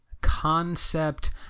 concept